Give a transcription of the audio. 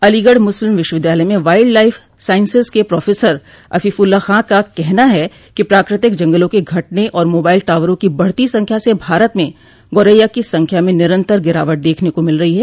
अलीगढ़ मुस्लिम विश्वविद्यालय में wildlife sciences के प्रोफेसर अफीफ़्ल्ला खां का कहना है कि प्राकृतिक जंगलों के घटने और माबाइल टॉवरों की बढ़ती संख्या से भारत में गोरैया की संख्या में निरंतर गिरावट देखने को मिल रही है